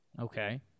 Okay